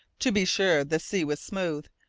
to be sure, the sea was smooth,